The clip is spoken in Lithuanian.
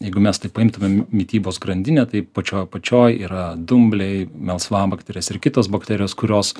jeigu mes taip paimtumėm mitybos grandinę tai pačioj apačioj yra dumbliai melsvabakterės ir kitos bakterijos kurios